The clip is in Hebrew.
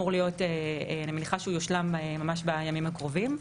אני מניחה שהוא יושלם ממש בימים הקרובים.